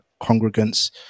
congregants